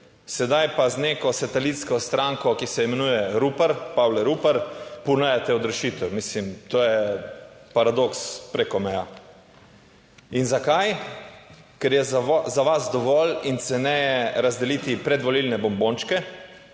Sedaj pa z neko satelitsko stranko, ki se imenuje Rupar, Pavle Rupar, ponujate odrešitev. Mislim, to je paradoks preko meja. In zakaj? Ker je za vas dovolj in ceneje razdeliti predvolilne bombončke,